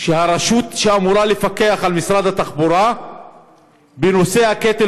שהרשות שאמורה לפקח על משרד התחבורה בנושא הקטל